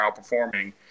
outperforming